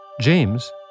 James